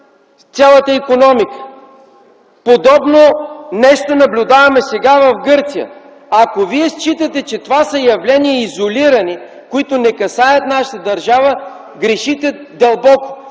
цялата икономика. Подобно нещо наблюдаваме сега в Гърция. Ако Вие считате, че това са изолирани явления, които не касаят нашата държава, грешите дълбоко!